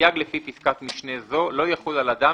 הסייג לפי פסקת משנה זו לא יחול על אדם